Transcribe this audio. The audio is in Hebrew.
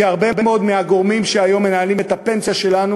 כי הרבה מאוד מהגורמים שהיום מנהלים את כספי הפנסיה שלנו